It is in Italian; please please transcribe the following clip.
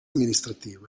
amministrativo